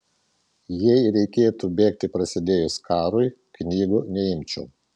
jei reikėtų bėgti prasidėjus karui knygų neimčiau